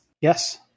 Yes